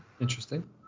Interesting